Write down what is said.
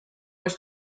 was